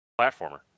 platformer